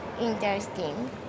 interesting